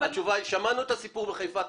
שמענו על הסיפור בחיפה.